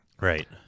right